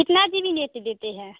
कितना G B net देते हैं